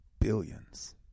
billions